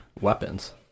weapons